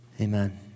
amen